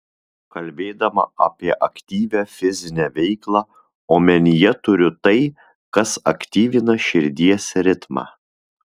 kalbėdama apie aktyvią fizinę veiklą omenyje turiu tai kas aktyvina širdies ritmą